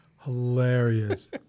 Hilarious